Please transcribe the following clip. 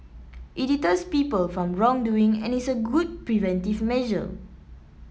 it deters people from wrongdoing and is a good preventive measure